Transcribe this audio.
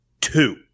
two